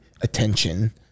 attention